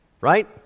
Right